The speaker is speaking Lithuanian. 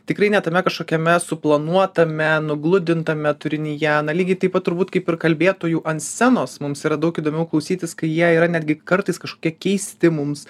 tikrai ne tame kažkokiame suplanuotame nugludintame turinyje na lygiai taip pat turbūt kaip ir kalbėtojų ant scenos mums yra daug įdomiau klausytis kai jie yra netgi kartais kažkokie keisti mums